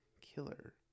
killer